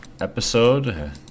episode